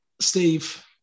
Steve